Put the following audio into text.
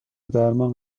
درمان